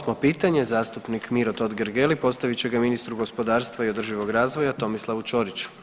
Osmo pitanje zastupnik Miro Totgergeli postavit će ga ministru gospodarstva i održivog razvoja Tomislavu Čoriću.